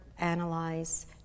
analyze